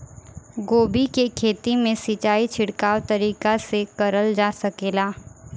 गोभी के खेती में सिचाई छिड़काव तरीका से क़रल जा सकेला?